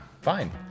Fine